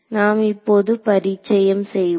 நாம் இப்போது பரிச்சயம் செய்வோம்